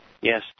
Yes